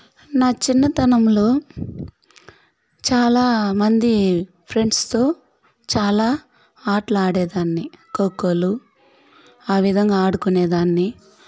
నా చిన్నతనంలో చాలామంది ఫ్రెండ్స్తో చాలా ఆటలు ఆడే దాన్ని ఖోఖోలు ఆ విధంగా ఆడుకునేదాన్ని